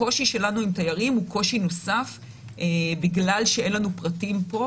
הקושי שלנו עם תיירים הוא קושי נוסף בגלל שאין לנו פרטים פה,